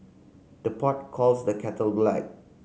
the pot calls the kettle black